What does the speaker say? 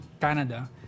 Canada